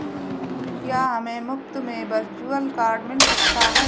क्या हमें मुफ़्त में वर्चुअल कार्ड मिल सकता है?